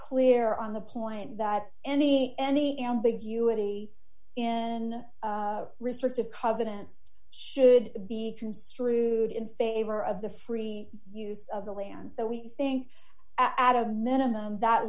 clear on the point that any any ambiguity in restrictive covenants should be construed in favor of the free use of the land so we think at a minimum that